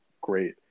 great